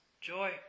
joy